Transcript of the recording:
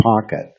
pocket